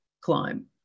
climb